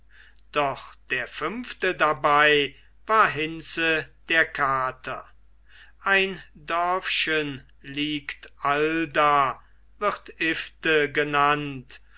doch der fünfte dabei war hinze der kater ein dörfchen liegt allda wird ifte genannt